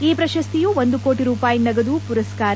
ಈ ಪ್ರಶಸ್ತಿಯು ಒಂದು ಕೋಟಿ ರೂಪಾಯಿ ನಗದು ಪುರಸ್ನಾರ